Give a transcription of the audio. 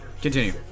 Continue